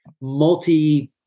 multi-